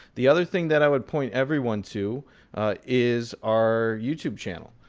the other thing that i would point everyone to is our youtube channel.